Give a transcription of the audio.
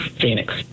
Phoenix